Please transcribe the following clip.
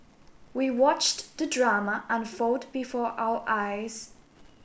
we watched the drama unfold before our eyes